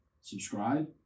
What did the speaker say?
subscribe